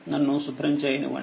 నన్ను శుభ్రం చేయనివ్వండి